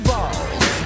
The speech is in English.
Balls